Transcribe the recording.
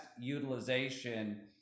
utilization